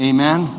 Amen